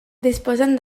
disposen